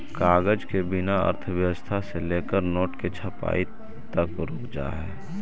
कागज के बिना अर्थव्यवस्था से लेकर नोट के छपाई तक रुक जा हई